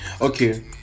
okay